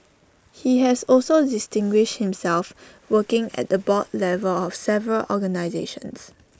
he has also distinguished himself working at the board level of several organisations